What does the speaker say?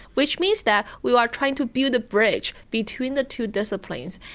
which means that we are trying to build a bridge between the two disciplines.